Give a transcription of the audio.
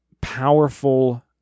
powerful